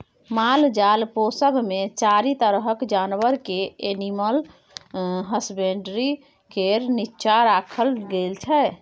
मालजाल पोसब मे चारि तरहक जानबर केँ एनिमल हसबेंडरी केर नीच्चाँ राखल गेल छै